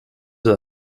her